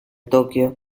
tokio